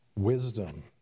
Wisdom